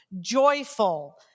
joyful